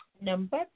number